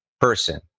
person